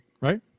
right